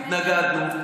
התנגדנו.